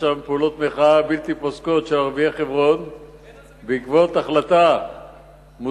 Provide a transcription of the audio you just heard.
יש שם פעולות מחאה בלתי פוסקות של ערביי חברון בעקבות החלטה מוזרה